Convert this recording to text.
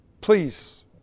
Please